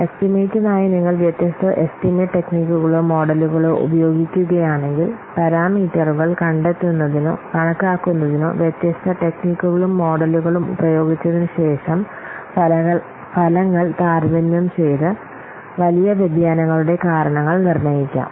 എസ്റ്റിമേറ്റിനായി നിങ്ങൾ വ്യത്യസ്ത എസ്റ്റിമേറ്റ് ടെക്നിക്കുകളോ മോഡലുകളോ ഉപയോഗിക്കുകയാണെങ്കിൽ പാരാമീറ്ററുകൾ കണ്ടെത്തുന്നതിനോ കണക്കാക്കുന്നതിനോ വ്യത്യസ്ത ടെക്നിക്കുകളും മോഡലുകളും പ്രയോഗിച്ചതിന് ശേഷം ഫലങ്ങൾ താരതമ്യം ചെയ്ത് വലിയ വ്യതിയാനങ്ങളുടെ കാരണങ്ങൾ നിർണ്ണയിക്കാം